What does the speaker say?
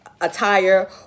attire